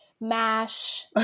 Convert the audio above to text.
mash